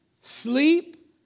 sleep